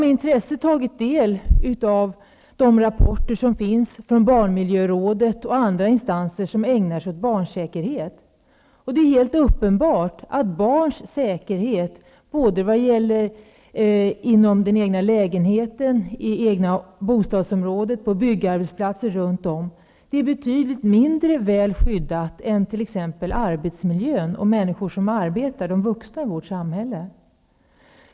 Med intresse har jag tagit del av de rapporter som finns från barnmiljörådet och andra instanser som ägnar sig åt barnsäkerhet. Det är helt uppenbart att barns säkerhet såväl i den egna lägenheten och i det egna bostadsområdet som på byggarbetsplatser runt om är betydligt mindre tillgodosedd än när det gäller t.ex. arbetsmiljön för vuxna människor i vårt samhälle.